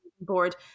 board